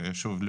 שוב,